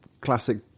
classic